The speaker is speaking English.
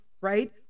right